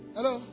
Hello